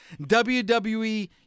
WWE